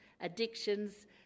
addictions